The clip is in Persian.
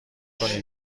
کنین